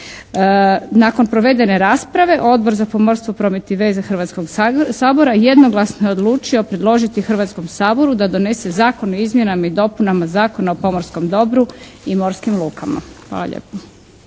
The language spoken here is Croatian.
Nakon provedene rasprave Odbor za pomorstvo, promet i veze Hrvatskoga sabora jednoglasno je odlučio predložiti Hrvatskom saboru da donese Zakon o izmjenama i dopunama Zakona o pomorskom dobru i morskim lukama. Hvala lijepo.